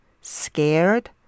scared